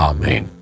Amen